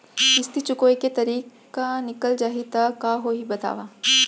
किस्ती चुकोय के तारीक निकल जाही त का होही बताव?